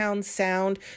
sound